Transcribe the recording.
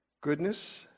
goodness